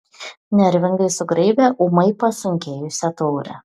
nervingai sugraibė ūmai pasunkėjusią taurę